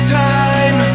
time